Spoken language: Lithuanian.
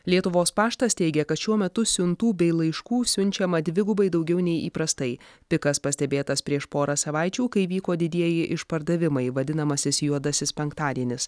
lietuvos paštas teigia kad šiuo metu siuntų bei laiškų siunčiama dvigubai daugiau nei įprastai pikas pastebėtas prieš porą savaičių kai vyko didieji išpardavimai vadinamasis juodasis penktadienis